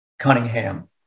Cunningham